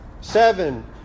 Seven